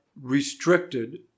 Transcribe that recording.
restricted